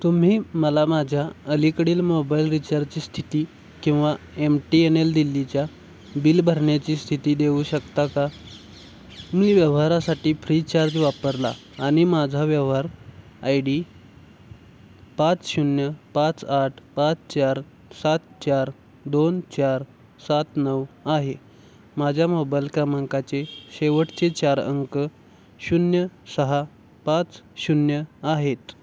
तुम्ही मला माझ्या अलीकडील मोबाईल रिचार्जची स्थिती किंवा एम टी एन एल दिल्लीच्या बिल भरण्याची स्थिती देऊ शकता का मी व्यवहारासाठी फ्रीचार्ज वापरला आणि माझा व्यवहार आय डी पाच शून्य पाच आठ पाच चार सात चार दोन चार सात नऊ आहे माझ्या मोबायल क्रमांकाचे शेवटचे चार अंक शून्य सहा पाच शून्य आहेत